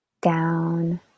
down